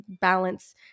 balance